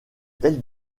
telle